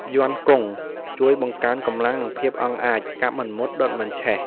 យ័ន្តគង់ ជួយបង្កើនកម្លាំង និងភាពអង់អាច កាប់មិនមុត ដុតមិនឆេះ។